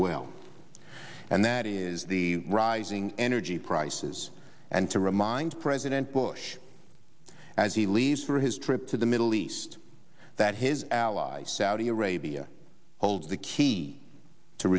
well and that is the rising energy prices and to remind president bush as he leaves for his trip to the middle east that his allies saudi arabia holds the key to